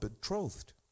betrothed